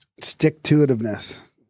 Stick-to-itiveness